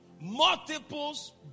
multiples